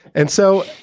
and so